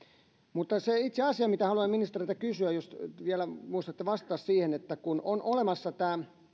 mutta se itse asia mitä haluan ministeriltä kysyä jos vielä muistatte vastata siihen on että kun on olemassa tämä